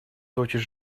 тотчас